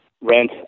rent